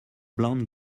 blonde